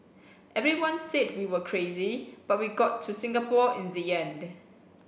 everyone said we were crazy but we got to Singapore in the end